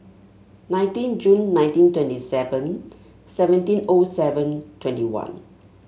nineteen June nineteen twenty seven seventeen O seven twenty one